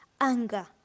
Anger